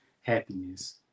happiness